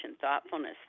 thoughtfulness